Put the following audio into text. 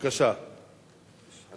ראשון הדוברים, חבר הכנסת עפו